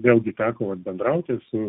vėlgi teko vat bendrauti su